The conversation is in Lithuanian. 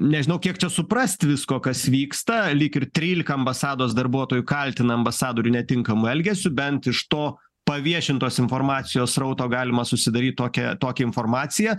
nežinau kiek čia suprast visko kas vyksta lyg ir trylika ambasados darbuotojų kaltina ambasadorių netinkamu elgesiu bent iš to paviešintos informacijos srauto galima susidaryt tokią tokią informaciją